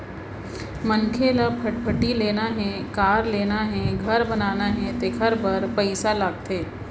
मनखे ल फटफटी लेना हे, कार लेना हे, घर बनाना हे तेखर बर पइसा लागथे